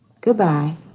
Goodbye